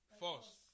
force